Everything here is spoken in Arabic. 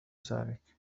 ذلك